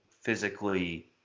physically